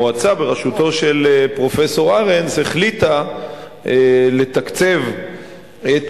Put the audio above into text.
המועצה בראשותו של פרופסור ארנס החליטה לתקצב את